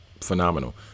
phenomenal